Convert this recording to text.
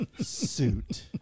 suit